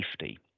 safety